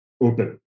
open